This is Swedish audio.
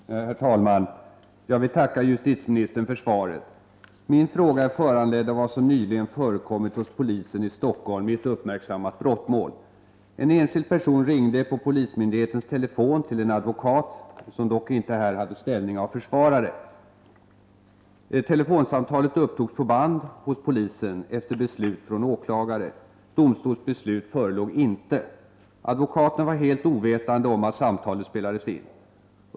Herr talman! Jag vill tacka justitieministern för svaret. Min fråga är föranledd av vad som nyligen förekommit hos polisen i Stockholm i ett uppmärksammat brottmål. En enskild person ringde på polismyndighetens telefon till en advokat — som dock inte här hade ställning som försvarare. Telefonsamtalet upptogs på band hos polisen efter beslut av åklagare. Domstols beslut förelåg inte. Advokaten var helt ovetande om att samtalet spelades in.